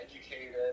educated